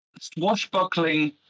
Swashbuckling